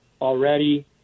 already